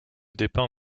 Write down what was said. dépeint